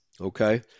Okay